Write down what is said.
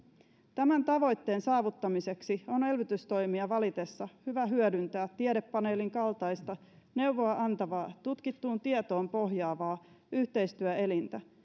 tämän tavoitteen saavuttamiseksi on elvytystoimia valittaessa hyvä hyödyntää tiedepaneelin kaltaista neuvoa antavaa tutkittuun tietoon pohjaavaa yhteistyöelintä